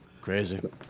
Crazy